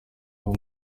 aho